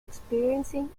experiencing